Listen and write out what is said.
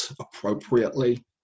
appropriately